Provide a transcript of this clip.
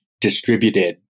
distributed